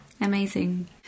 Amazing